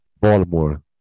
Baltimore